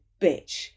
bitch